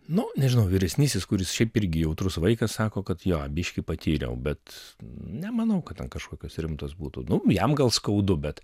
nu nežinau vyresnysis kuris šiaip irgi jautrus vaikas sako kad jo biškį patyriau bet nemanau kad ten kažkokios rimtos būtų nu jam gal skaudu bet